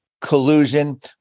collusion